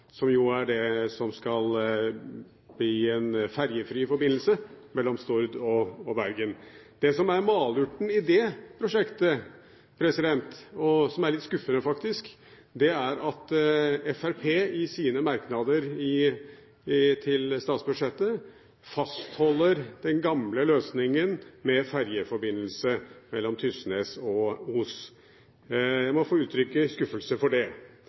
som skal bli en ferjefri forbindelse mellom Stord og Bergen. Det som er malurten i det prosjektet, og som faktisk er litt skuffende, er at Fremskrittspartiet i sine merknader til statsbudsjettet fastholder den gamle løsningen med ferjeforbindelse mellom Tysnes og Os. Jeg må få uttrykke skuffelse over det.